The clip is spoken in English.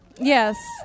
yes